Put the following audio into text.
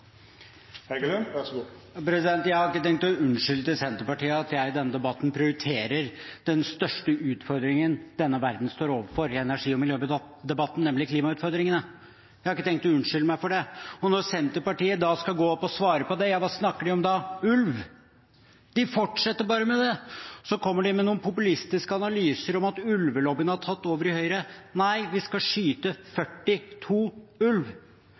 Heggelund har hatt ordet to gonger tidlegare og får ordet til ein kort merknad, avgrensa til 1 minutt. Jeg har ikke tenkt å si unnskyld til Senterpartiet for at jeg i denne energi- og miljødebatten prioriterer den største utfordringen denne verden står overfor, nemlig klimautfordringene. Jeg har ikke tenkt å unnskylde meg for det. Og når Senterpartiet skal gå opp og svare på det – hva snakker de om da? Ulv! De fortsetter bare med det, og så kommer de med noen populistiske analyser om at ulvelobbyen har tatt over i Høyre. Nei, vi skal skyte 42 ulv.